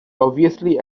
obviously